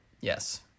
Yes